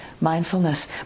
mindfulness